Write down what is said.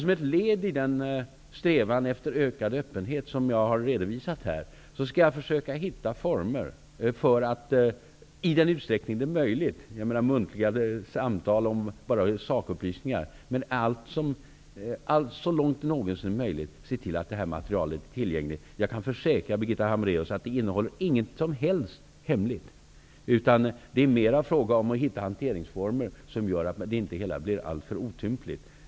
Som ett led i den strävan efter ökad öppenhet som jag har redovisat här skall jag försöka finna former för att i den utsträckning det är möjligt -- bortsett från muntliga samtal om sakupplysningar -- se till att det här materialet är tillgängligt. Jag kan försäkra Birgitta Hambraeus att materialet inte innehålller några hemliga uppgifter. Det gäller att hitta hanteringsformer som gör att det inte blir alltför otympligt.